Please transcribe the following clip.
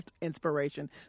inspiration